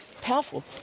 powerful